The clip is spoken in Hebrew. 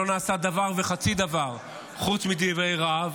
לא נעשה דבר וחצי דבר חוץ מדברי רהב,